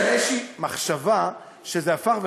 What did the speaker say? יש כאן איזושהי מחשבה שזה הפך,